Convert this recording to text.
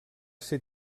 ser